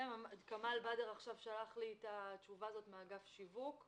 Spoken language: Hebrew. כמאל באדר עכשיו שלח לי את התשובה הזאת מאגף שיווק.